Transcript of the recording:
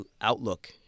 outlook